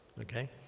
okay